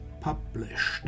published